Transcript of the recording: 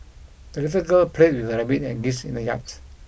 the little girl played with her rabbit and geese in the yard